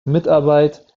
mitarbeit